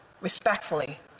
respectfully